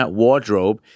wardrobe